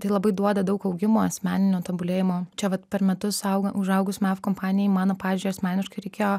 tai labai duoda daug augimo asmeninio tobulėjimo čia vat per metus auga užaugus mef kompanijai mano pavyzdžiui asmeniškai reikėjo